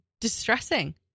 distressing